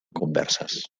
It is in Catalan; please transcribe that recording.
converses